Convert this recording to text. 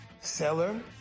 seller